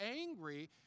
angry